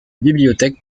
bibliothèque